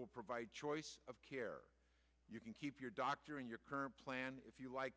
will provide choice of care you can keep your doctor in your current plan if you like